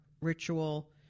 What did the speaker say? ritual